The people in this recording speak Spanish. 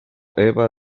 eva